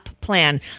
plan